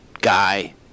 guy